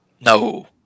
No